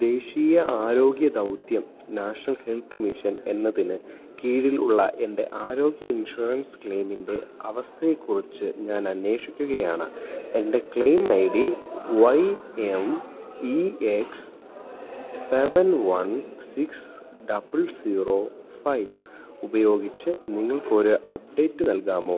ദേശീയ ആരോഗ്യ ദൗത്യം നാഷണൽ ഹെൽത്ത് മിഷൻ എന്നതിന് കീഴിൽ ഉള്ള എൻ്റെ ആരോഗ്യ ഇൻഷുറൻസ് ക്ലെയിമിൻ്റെ അവസ്ഥയെ കുറിച്ച് ഞാൻ അന്വേഷിക്കുകയാണ് എൻ്റെ claim I D Y M E X seven one six double zero five ഉപയോഗിച്ച് നിങ്ങൾക്കൊരു അപ്ഡേറ്റ് നൽകാമോ